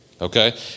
Okay